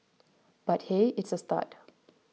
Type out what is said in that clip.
but hey it's a start